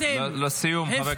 הפקרתם --- לסיום, חבר הכנסת עבאס.